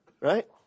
right